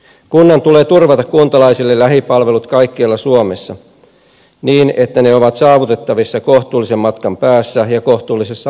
kunnan tulee turvata kuntalaisille lähipalvelut kaikkialla suomessa niin että ne ovat saavutettavissa kohtuullisen matkan päässä ja kohtuullisessa ajassa